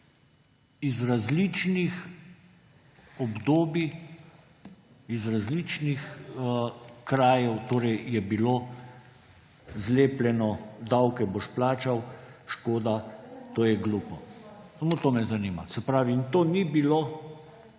iz različnih obdobij, iz različnih krajev zlepljeno »davke boš plačal«, »škoda«, »to je glupo«? Samo to me zanima. Se pravi, to ni bilo